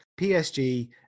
PSG